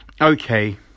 okay